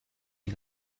den